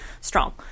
strong